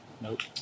Nope